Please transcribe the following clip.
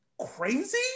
crazy